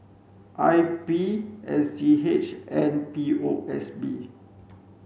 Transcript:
I P S G H and P O S B